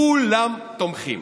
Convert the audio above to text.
כולם תומכים.